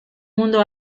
mundo